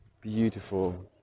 beautiful